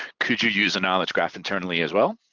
could you use a knowledge graph internally as well?